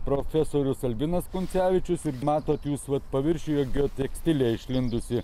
profesorius albinas kuncevičius ir matot jūs vat paviršiuje geotekstilė išlindusi